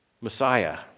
Messiah